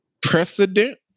precedent